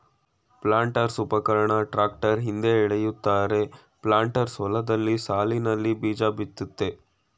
ಪ್ಲಾಂಟರ್ಸ್ಉಪಕರಣನ tractor ಹಿಂದೆ ಎಳಿತಾರೆ planters ಹೊಲ್ದಲ್ಲಿ ಸಾಲ್ನಲ್ಲಿ ಬೀಜಬಿತ್ತುತ್ತೆ